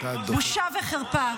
בושה וחרפה.